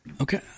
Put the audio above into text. Okay